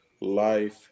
life